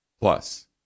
Plus